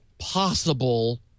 possible